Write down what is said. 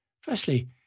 Firstly